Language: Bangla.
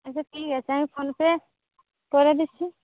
আচ্ছা ঠিক আছে আমি ফোনপে করে দিচ্ছি